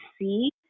see